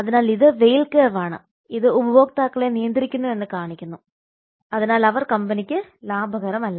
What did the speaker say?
അതിനാൽ ഇത് whale curve ആണ് ഇത് ഉപഭോക്താക്കളെ നിയന്ത്രിക്കുന്നുവെന്ന് കാണിക്കുന്നു അതിനാൽ അവർ കമ്പനിക്ക് ലാഭകരമല്ല